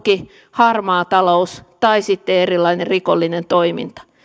harmaa talous tai sitten erilainen rikollinen toiminta